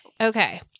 Okay